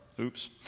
Oops